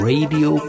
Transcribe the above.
Radio